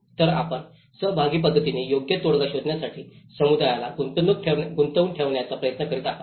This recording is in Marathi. तर आपण सहभागी पद्धतीने योग्य तोडगा शोधण्यासाठी समुदायाला गुंतवून ठेवण्याचा प्रयत्न करीत आहात